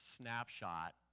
snapshot